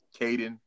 Caden